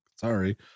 sorry